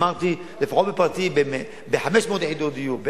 אמרתי: לפחות בפרטי ב-500 יחידות דיור,